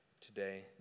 today